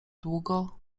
długo